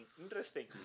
interesting